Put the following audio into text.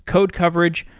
code coverage,